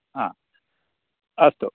हा अस्तु